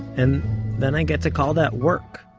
and then i get to call that work.